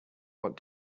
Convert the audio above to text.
what